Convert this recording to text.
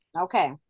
Okay